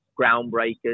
groundbreakers